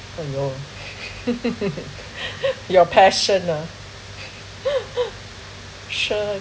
!aiyo! your passion ah sure